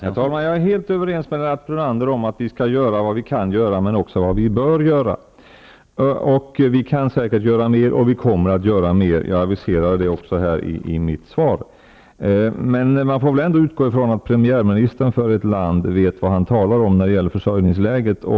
Herr talman! Jag är helt överens med Lennart Brunander om att vi skall göra vad vi kan göra men också vad vi bör göra. Vi kan säkert göra mer och vi kommer att göra mer. Det aviserade jag i mitt svar. Man får väl ändå utgå från att premiärministern i ett land vet vad han talar om när det gäller försörjningsläget.